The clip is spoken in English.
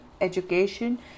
education